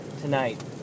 tonight